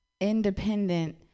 independent